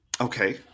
Okay